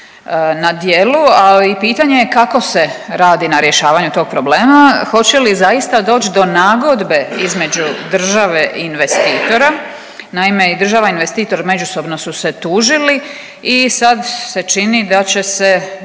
na djelu, a i pitanje je kako se radi na rješavanju tog problema, hoće li zaista doć do nagodbe između države i investitora, naime i država i investitor međusobno su se tužili i sad se čini da će se